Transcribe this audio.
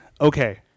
Okay